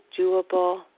doable